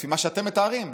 לפי מה שאתם מתארים,